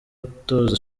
utoza